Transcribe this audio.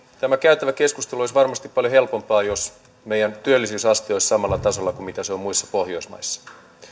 tämä käytävä keskustelu olisi varmasti paljon helpompaa jos meidän työllisyysasteemme olisi samalla tasolla kuin se on muissa pohjoismaissa